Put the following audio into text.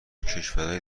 کشورای